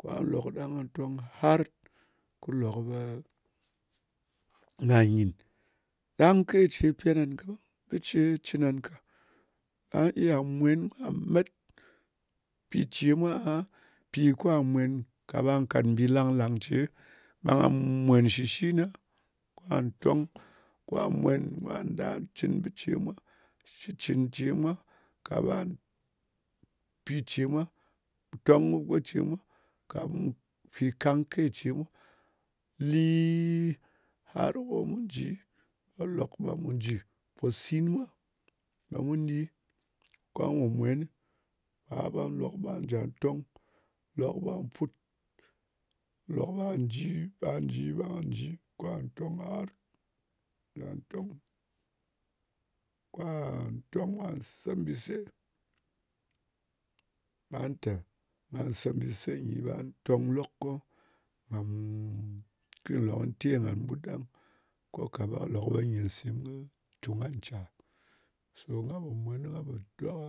Kwa lòk ɗang nga tong hart, kɨ lo ɓe nga nyìn. Ɗang ke ce pyan ngan kaɓang. Bɨ ce cɨn ngan ka. Nga iya mwen nga met pi ce mwa aha, pi kwa mwen, ka ɓa kàt mbi lang-lang ce, ɓe nga mwèn shɨ shina, kwa tong, kwa mwen kwa nda cɨn bɨ ce mwa, shitcɨn ce mwa. Ka ɓa, pi ce mwa. Mu tong kɨ go ce mwa, ka ɓe pì kangke ce mwa. Līīīīīī, har ko mu ji, ɓe lòk ɓe mu jɨ. Mpòsin mwa, ɓe mun ɗi. Kwa po mwen, ka ɓe lok ɓa njà tong. Lok ɓa put. Lok ɓa ji, ɓa ji, ɓa ji, kwa tong har. Kwa tong, kwa tong kwa se mbìse. :ba tè, ngà sē mbìse nyi ɓa tong lok ko nga muu, kɨy lòk nyɨ te ngan ɓut ɗang. Ko ka ɓe lok ɓe nyìn sem tù nga ncya? So nga pò mwen nga po gywa.